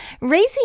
raising